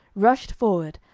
rushed forward,